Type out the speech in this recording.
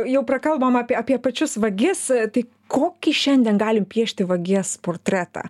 jau prakalbom apie apie pačius vagis tai kokį šiandien galim piešti vagies portretą